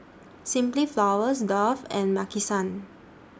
Simply Flowers Dove and Maki San